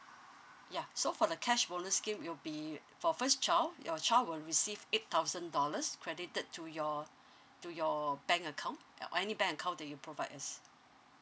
ya so for the cash bonus scheme it'll be for first child your child will receive eight thousand dollars credited to your to your bank account any bank account that you provide us